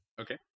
Okay